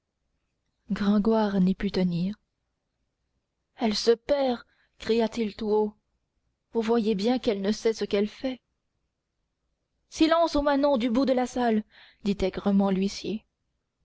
gringoire n'y put tenir elle se perd cria-t-il tout haut vous voyez bien qu'elle ne sait ce qu'elle fait silence aux manants du bout de la salle dit aigrement l'huissier